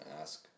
ask